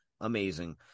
amazing